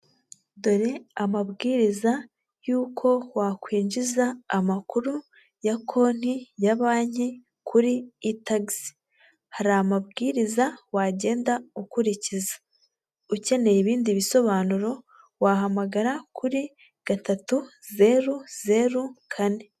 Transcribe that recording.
Dore amabwiriza y'uko wakwinjiza amakuru ya konti ya banki kuri E TAX. Hari amabwiriza wagenda ukurikiza. Ukeneye ibindi bisobanuro wahamagara kuri gatatu zeru zeru kane.